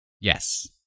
Yes